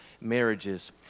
marriages